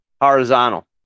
horizontal